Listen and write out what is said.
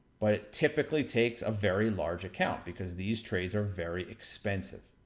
but it typically takes a very large account. because these trades are very expensive.